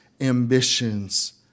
ambitions